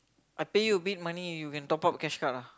I pay you a bit money you can top up cash card lah